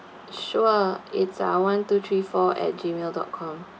sure it's uh one two three four at G mail dot com